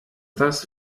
das